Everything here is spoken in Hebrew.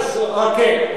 אה, כן.